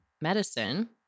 medicine